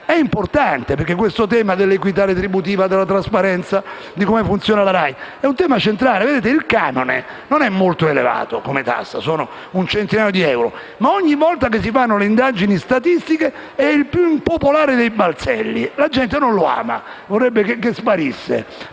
è importante perché il tema dell'equità retributiva, della trasparenza e di come funziona la RAI è centrale. Il canone non è molto elevato come tassa: sono un centinaio di euro. Ogni volta, però, che si fanno le indagini statistiche è il più impopolare dei balzelli. La gente non lo ama; vorrebbe che sparisse,